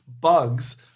bugs